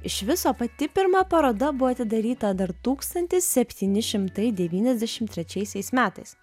iš viso pati pirma paroda buvo atidaryta dar tūkstantis septyni šimtai devyniasdešimt trečiaisiais metais